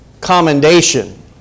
commendation